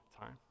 time